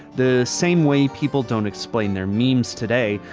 the same way people don't explain their memes today,